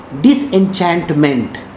disenchantment